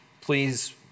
please